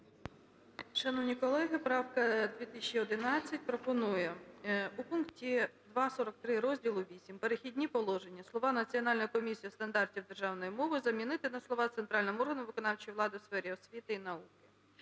Шановні колеги, правка 2011 пропонує: "У пункті 2.43 Розділу VIII "Перехідні положення" слова "Національною комісією стандартів державної мови" замінити на слова "центральним органом виконавчої влади у сфері освіти і науки".